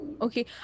okay